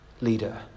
leader